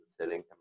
selling